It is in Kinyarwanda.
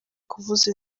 kuvuza